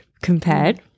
compared